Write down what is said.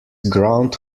ground